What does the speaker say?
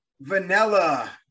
Vanilla